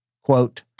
quote